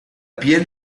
piel